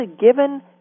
given